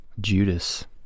Judas